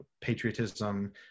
patriotism